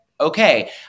okay